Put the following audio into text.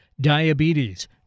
diabetes